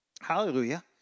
Hallelujah